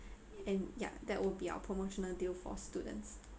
and ya that would be our promotional deal for students